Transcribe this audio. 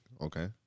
okay